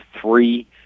three